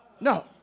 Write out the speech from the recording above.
No